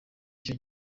icyo